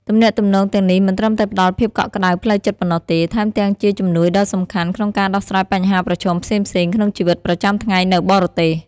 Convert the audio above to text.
ទំនាក់ទំនងទាំងនេះមិនត្រឹមតែផ្ដល់ភាពកក់ក្ដៅផ្លូវចិត្តប៉ុណ្ណោះទេ ថែមទាំងជាជំនួយដ៏សំខាន់ក្នុងការដោះស្រាយបញ្ហាប្រឈមផ្សេងៗក្នុងជីវិតប្រចាំថ្ងៃនៅបរទេស ។